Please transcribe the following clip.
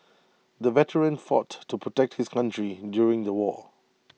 the veteran fought to protect his country during the war